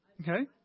Okay